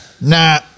nah